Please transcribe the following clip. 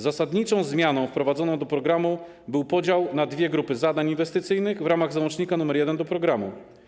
Zasadniczą zmianą wprowadzoną do programu był podział na dwie grupy zadań inwestycyjnych w ramach załącznika nr 1 do programu.